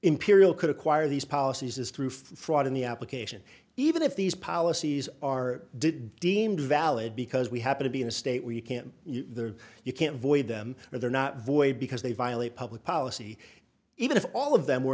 imperial could acquire these policies is through fraud in the application even if these policies are deemed valid because we happen to be in a state where you can't you can't avoid them and they're not void because they violate public policy even if all of them were